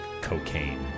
cocaine